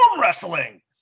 wrestling